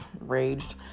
Raged